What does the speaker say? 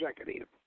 executive